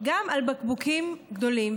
גם על בקבוקים גדולים,